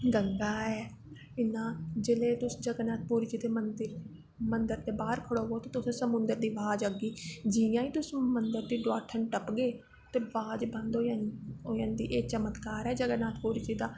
गंगा ऐ जिसलै तुस जगन नाथपुरी जी दे मन्दर दे बाह्र आओ ते तुसेंगी समुन्दर दी अवाज जियां गै तुस मन्दर दी डोआठन टप्पगे ते अवाज बंद होई जंदी एह् चमत्कार ऐ जगन नाथपुरी जी दी